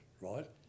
right